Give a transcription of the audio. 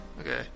Okay